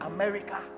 America